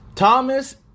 Thomas